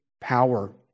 power